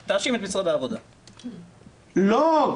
לא,